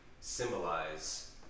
symbolize